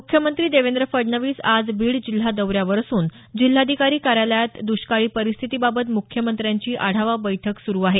मुख्यमंत्री देवेंद्र फडणवीस आज बीड जिल्हा दौऱ्यावर असून जिल्हाधिकारी कार्यालतात दुष्काळी परिस्थितीबाबत मुख्यमंत्र्यांची आढावा बैठक सुरु आहे